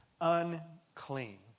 unclean